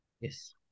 Yes